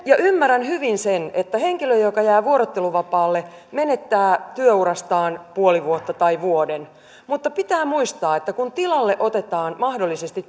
ja ymmärrän hyvin sen että henkilö joka jää vuorotteluvapaalle menettää työurastaan puoli vuotta tai vuoden mutta pitää muistaa että kun tilalle otetaan mahdollisesti